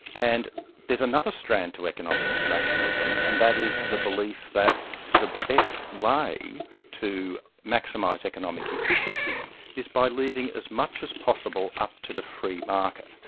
and there's another strand to economic rationalism, and that is the belief that the best way to maximise economic efficiency is by leaving as much as possible up to the free market,